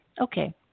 Okay